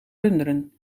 runderen